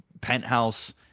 penthouse